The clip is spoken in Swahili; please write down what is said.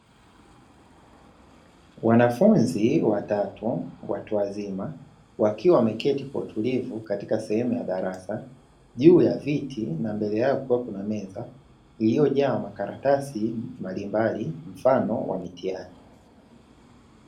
Wanafunzi watatu watu wazima, wakiwa wameketi kwa utulivu katika sehemu ya darasa juu ya viti na mbele yao kuna meza iliyojaa makaratasi mbalimbali mfano wa mitihani.